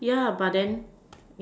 ya but then